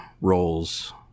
roles